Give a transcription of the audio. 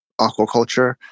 aquaculture